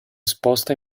sposta